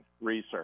research